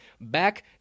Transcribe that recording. back